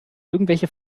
irgendwelche